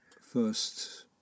first